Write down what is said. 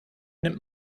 nimmt